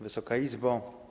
Wysoka Izbo!